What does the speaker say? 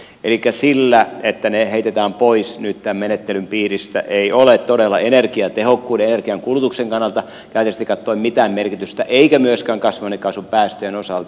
elikkä sillä että ne heitetään pois nyt tämän menettelyn piiristä ei ole todella energiatehokkuuden energiankulutuksen kannalta käytännöllisesti katsoen mitään merkitystä eikä myöskään kasvihuonekaasupäästöjen osalta